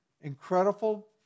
incredible